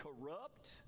corrupt